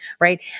right